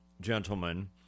gentlemen